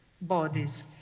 bodies